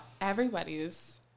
everybody's